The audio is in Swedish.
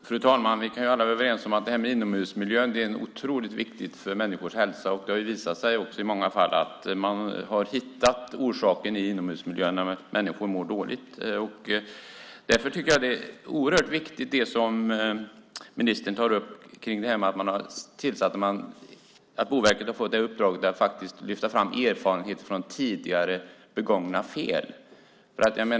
Fru talman! Vi kan alla vara överens om att inomhusmiljön är otroligt viktig för människors hälsa. I många fall har det också visat sig att inomhusmiljön är orsaken till att människor mår dåligt. Därför tycker jag att det ministern tar upp är oerhört viktigt: att Boverket har fått i uppdrag att faktiskt lyfta fram erfarenheter från tidigare begångna fel.